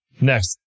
Next